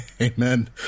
Amen